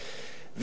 שאלתי אותו,